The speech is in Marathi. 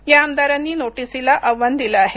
या आमदारांनी नोटीसीला आव्हान दिलं आहे